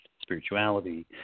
spirituality